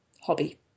hobby